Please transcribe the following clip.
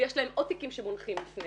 ויש להם יש עוד תיקים שמונחים בפניהם.